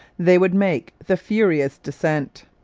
they would make the furious descent.